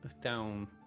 down